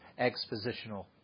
expositional